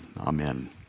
Amen